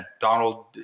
Donald